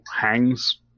hangs